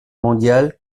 mondiale